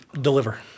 Deliver